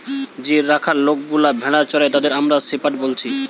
যে রাখাল লোকগুলা ভেড়া চোরাই তাদের আমরা শেপার্ড বলছি